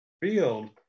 field